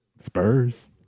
Spurs